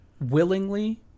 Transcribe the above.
willingly